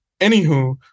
anywho